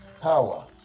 power